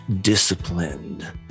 disciplined